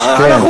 כן.